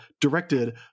directed